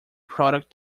product